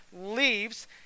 leaves